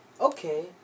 Okay